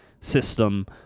system